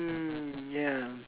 mm ya